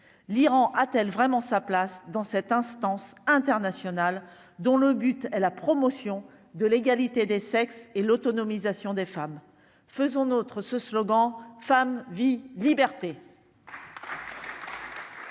l'Iran a-t-elle vraiment sa place dans cette instance internationale dont le but est la promotion de l'égalité des sexes et l'autonomisation des femmes, faisons notre ce slogan femme vie liberté.